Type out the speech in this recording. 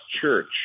Church